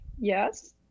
Yes